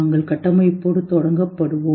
நாங்கள் கட்டமைப்போடு தொடங்கப்படுவோம்